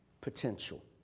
potential